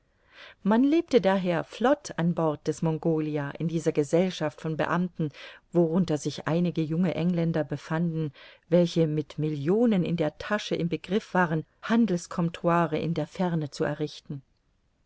man lebte daher flott an bord des mongolia in dieser gesellschaft von beamten worunter sich einige junge engländer befanden welche mit millionen in der tasche im begriff waren handelscomptoire in der ferne zu errichten